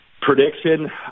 Prediction